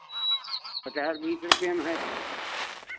कटहल बीस रुपये में है